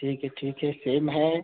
ठीक है ठीक है सेम है